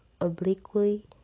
obliquely